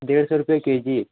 डेढ़ सौ रुपये के जी